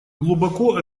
глубоко